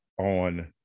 on